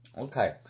Okay